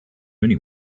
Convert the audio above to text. only